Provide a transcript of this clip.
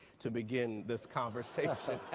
to begin this conversation.